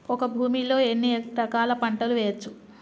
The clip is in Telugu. ఒక భూమి లో ఎన్ని రకాల పంటలు వేయచ్చు?